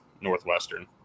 Northwestern